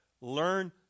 Learn